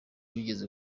wigeze